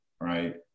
right